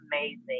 amazing